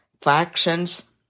factions